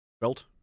belt